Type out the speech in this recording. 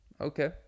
okay